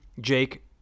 Jake